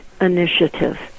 Initiative